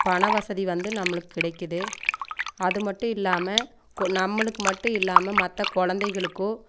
பண வசதி வந்து நம்மளுக்கு கிடைக்குது அது மட்டும் இல்லாமல் நம்மளுக்கு மட்டும் இல்லாமல் மற்ற குழந்தைகளுக்கோ